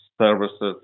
services